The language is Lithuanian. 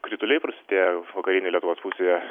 krituliai prasidėjo jau vakarinėj lietuvos pusėje